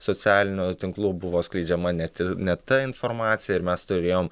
socialinių tinklų buvo skleidžiama net ne ta informacija ir mes turėjom